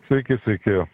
sveiki sveiki